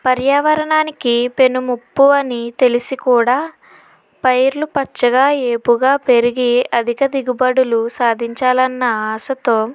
పర్యావరణానికి పెనుముప్పు అని తెలిసికూడా పైర్లు పచ్చగా ఏపుగా పెరిగి అధిక దిగుబడులు సాధించాలన్న ఆశతో